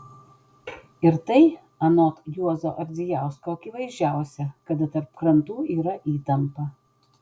ir tai anot juozo ardzijausko akivaizdžiausia kada tarp krantų yra įtampa